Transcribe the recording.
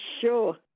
sure